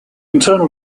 internal